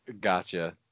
Gotcha